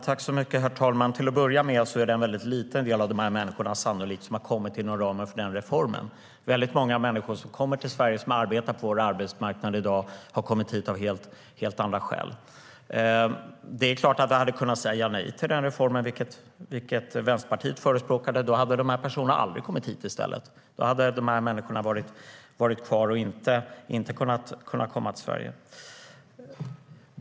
Herr talman! Till att börja med är det sannolikt en väldigt liten andel av de här människorna som har kommit inom ramen för den reformen. Väldigt många människor som har kommit till Sverige och som arbetar på vår arbetsmarknad har kommit hit av helt andra skäl. Det är klart att vi hade kunnat säga nej till den reformen, vilket Vänsterpartiet förespråkade. Då hade de här personerna i stället aldrig kommit hit till Sverige.